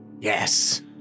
Yes